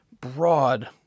broad